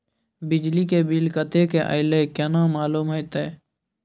बिजली के बिल कतेक अयले केना मालूम होते?